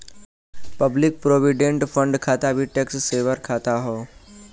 public provident fund खाता भी tax saver खाता हौ